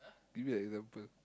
give me an example